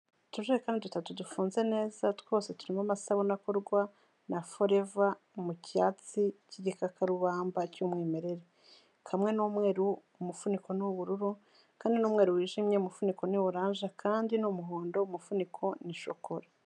Utujerekani dutatu dufunze neza twose turimo amasabune akorwa na Forever mu cyatsi cy'igikakarubamba cy'umwimerere, kamwe ni umweru umufuniko ni ubururu, akandi ni umweru wijimye umufuniko ni oranje, akandi ni numuhondo umufuniko ni shokora.